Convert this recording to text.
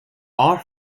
are